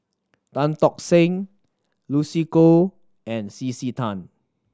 Tan Tock Seng Lucy Koh and C C Tan